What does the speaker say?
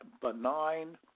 benign